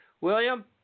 William